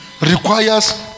requires